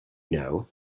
know